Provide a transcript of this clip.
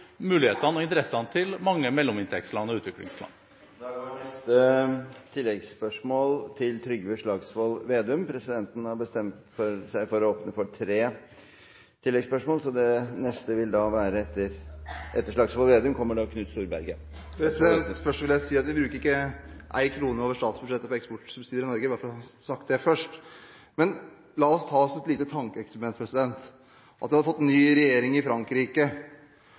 mulighetene og interessene til mange mellominntektsland og utviklingsland. Trygve Slagsvold Vedum – til oppfølgingsspørsmål. Først vil jeg si at vi bruker ikke én krone over statsbudsjettet til eksportsubsidier i Norge – bare for å ha sagt det først. La oss ta et lite tankeeksperiment – at vi har fått ny regjering i Frankrike. Det første den franske regjeringen i sin fortvilelse over